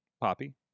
Poppy